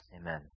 Amen